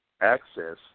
access